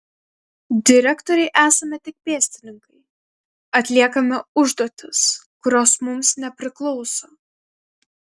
direktorei esame tik pėstininkai atliekame užduotis kurios mums nepriklauso